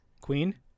queen